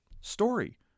story